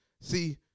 See